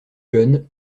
jeune